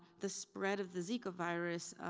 the spread of the zika virus,